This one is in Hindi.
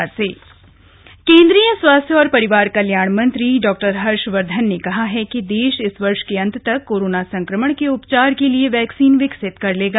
कोरोना वैक्सीन केंद्रीय स्वास्थ्य और परिवार कल्याण मंत्री डॉक्टर हर्षवर्धन ने कहा है कि देश इस वर्ष के अंत तक कोरोना संक्रमण के उपचार के लिए वैक्सीन विकसित कर लेगा